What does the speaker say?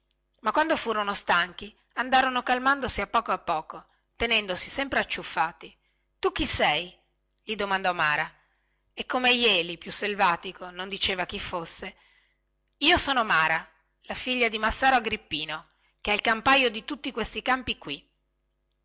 ma quando furono stanchi andarono calmandosi a poco a poco tenendosi sempre acciuffati tu chi sei gli domandò mara e come jeli più salvatico non diceva chi fosse io sono mara la figlia di massaro agrippino che è il campaio di tutti questi campi qui